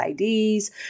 IDs